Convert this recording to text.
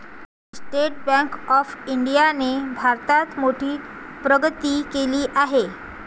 state bank of इंडियाने भारतात मोठी प्रगती केली आहे